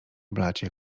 blacie